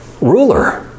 Ruler